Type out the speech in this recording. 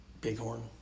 bighorn